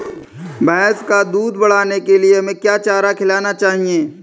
भैंस का दूध बढ़ाने के लिए हमें क्या चारा खिलाना चाहिए?